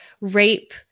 rape